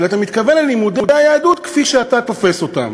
אלא אתה מתכוון ללימודי היהדות כפי שאתה תופס אותם.